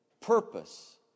purpose